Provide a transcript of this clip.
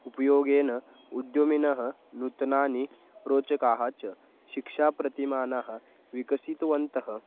उपयोगेन उद्यमिनः नूतनानि रोचकाः च शिक्षाप्रतिमानः विकसितवन्तः